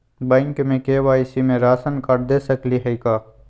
Bank में KYC में ration card दे सकली हई का?